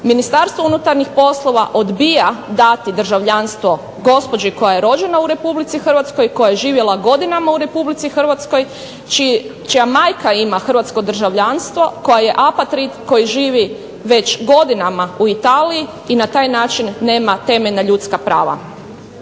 Ministarstvo unutarnjih poslova odbija dati državljanstvo gospođi koja je rođena u Republici Hrvatskoj i koja je živjela godinama u Republici Hrvatskoj, čija majka ima državljanstvo, koja je ... koja živi već godinama u Italiji i na taj način nema temeljna ljudska prava.